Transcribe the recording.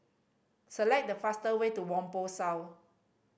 select the faster way to Whampoa South